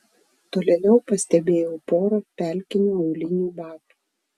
tolėliau pastebėjau porą pelkinių aulinių batų